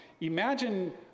imagine